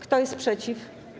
Kto jest przeciw?